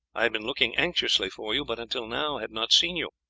i have been looking anxiously for you, but until now had not seen you.